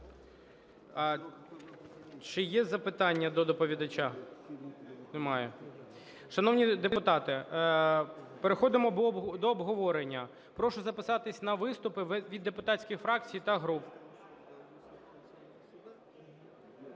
Чи є запитання до доповідача? Немає. Шановні депутати, переходимо до обговорення. Прошу запитання на виступи від депутатських фракцій та груп.